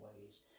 ways